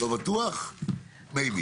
לא בטוח, Maybe.